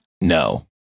No